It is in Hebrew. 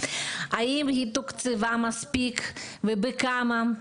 האם היא תוקצבה מספיק ובכמה,